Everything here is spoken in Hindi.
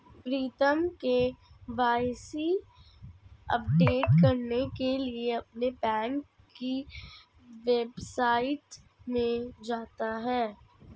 प्रीतम के.वाई.सी अपडेट करने के लिए अपने बैंक की वेबसाइट में जाता है